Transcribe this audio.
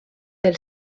del